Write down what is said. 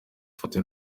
ifoto